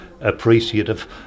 appreciative